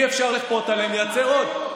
אי-אפשר לכפות עליהם לייצר עוד.